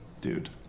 dude